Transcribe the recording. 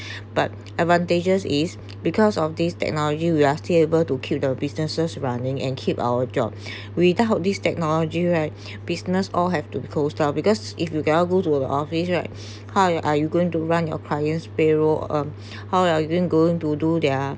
but advantages is because of this technology we are still able to keep their businesses running and keep our job without these technology right business all have to close down because if you go to the office right how are you going to run your clients payroll um how are you going to do there